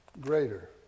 greater